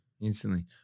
Instantly